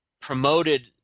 promoted